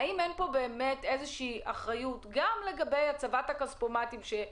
האם אין פה איזושהי אחריות לגבי הצבת הכספומטים בשים לב